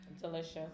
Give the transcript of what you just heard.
delicious